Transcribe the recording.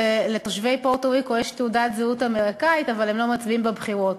לתושבי פוארטו-ריקו יש תעודת זהות אמריקנית אבל הם לא מצביעים בבחירות,